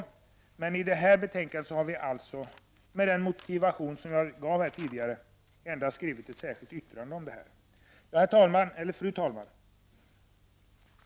I samband med detta betänkande har vi, med den motivering som jag tidigare anförde, endast avgett ett särskilt yttrande på den här punkten. Fru talman!